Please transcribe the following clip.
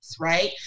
right